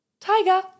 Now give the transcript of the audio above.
Tiger